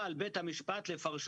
במרץ.